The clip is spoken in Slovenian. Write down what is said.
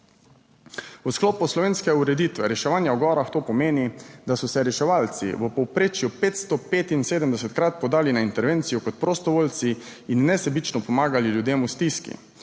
V sklopu slovenske ureditve reševanja v gorah to pomeni, da so se reševalci v povprečju 575-krat podali na intervencijo kot prostovoljci in nesebično pomagali ljudem v stiski.